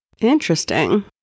Interesting